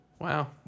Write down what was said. Wow